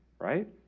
right